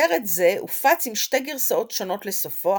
סרט זה הופץ עם שתי גרסאות שונות לסופו,